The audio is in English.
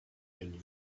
and